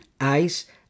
ICE